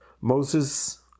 Moses